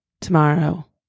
tomorrow